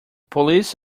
police